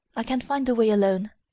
i can find the way alone.